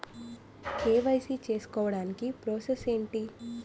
KYC చేసుకోవటానికి process ఏంటి?